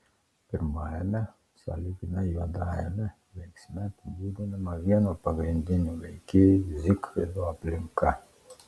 pirmajame sąlyginai juodajame veiksme apibūdinama vieno pagrindinių veikėjų zygfrido aplinka